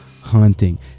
hunting